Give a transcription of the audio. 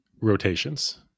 rotations